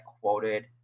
quoted